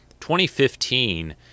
2015